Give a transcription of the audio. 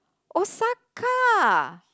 Osaka